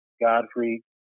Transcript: Godfrey